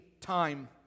time